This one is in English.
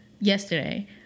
Yesterday